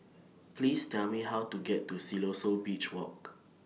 Please Tell Me How to get to Siloso Beach Walk